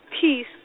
Peace